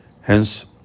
Hence